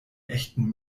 echten